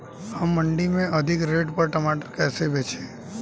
हम मंडी में अधिक रेट पर टमाटर कैसे बेचें?